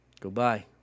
Goodbye